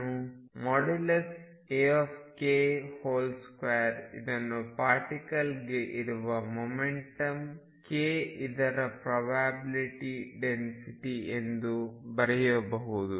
ನಾನುAk2 ಇದನ್ನು ಪಾರ್ಟಿಕಲ್ಗೆ ಇರುವ ಮೊಮೆಂಟಮ್ k ಇದರ ಪ್ರೊಬ್ಯಾಬಿಲ್ಟಿ ಡೆನ್ಸಿಟಿ ಎಂದು ಬರೆಯಬಹುದು